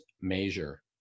measure